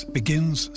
begins